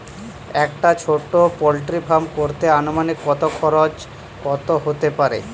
একটা ছোটো poultry farm করতে আনুমানিক কত খরচ কত হতে পারে?